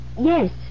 Yes